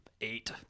eight